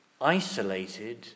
isolated